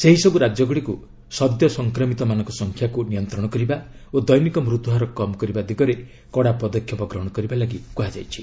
ସେହିସବୁ ରାଜ୍ୟଗୁଡ଼ିକୁ ସଦ୍ୟ ସଂକ୍ରମିତମାନଙ୍କ ସଂଖ୍ୟାକୁ ନିୟନ୍ତ୍ରଣ କରିବା ଓ ଦୈନିକ ମୃତ୍ୟୁହାର କମ୍ କରିବା ଦିଗରେ କଡ଼ା ପଦକ୍ଷେପ ଗ୍ରହଣ କରିବାକୁ କୁହାଯାଇଛି